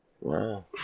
Wow